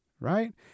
right